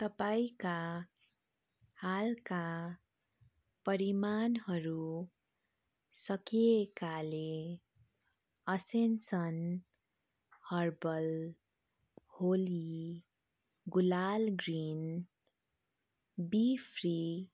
तपाईँका हालका परिमाणहरू सकिएकाले ascension herbal Holi gulal green Befree